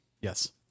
Yes